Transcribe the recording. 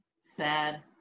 Sad